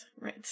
right